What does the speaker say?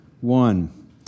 one